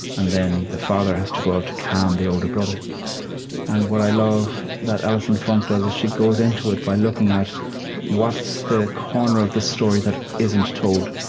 and then the father has to go out to calm the older brother and what i love that allison funk does is, she goes into it by looking at what's the corner of the story that isn't told?